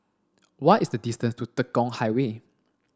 what is the distance to Tekong Highway